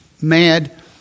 mad